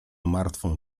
martwą